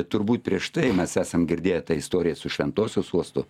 turbūt prieš tai mes esam girdėję tą istoriją su šventosios uostu